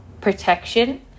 protection